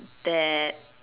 that